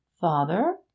Father